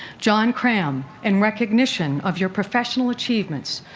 john cram, in recognition of your professional achievements,